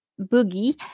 Boogie